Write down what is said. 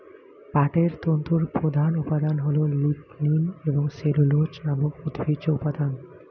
পাটের তন্তুর প্রধান উপাদান হল লিগনিন এবং সেলুলোজ নামক উদ্ভিজ্জ উপাদান